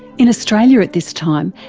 in australia at this time,